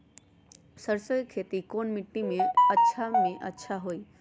सरसो के खेती कौन मिट्टी मे अच्छा मे जादा अच्छा होइ?